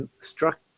struck